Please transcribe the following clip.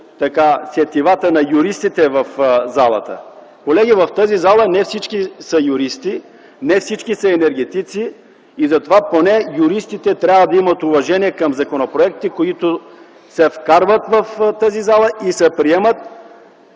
сетивата на юристите в залата. Колеги, не всички в тази зала са юристи, не всички са енергетици, затова поне юристите трябва да имат уважение към законопроектите, които се вкарват в залата и се приемат